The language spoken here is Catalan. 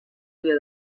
dia